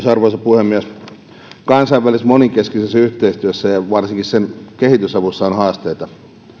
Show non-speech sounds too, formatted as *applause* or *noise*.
*unintelligible* arvoisa puhemies kansainvälisessä monenkeskisessä yhteistyössä ja varsinkin kehitysavussa on haasteita